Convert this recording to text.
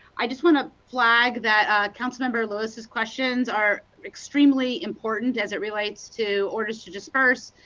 i just want to flag that councilmember lewis's questions are extremely important as it relates to orders to disperse.